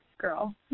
girl